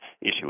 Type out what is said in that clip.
issue